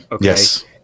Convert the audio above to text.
yes